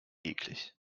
eklig